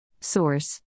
Source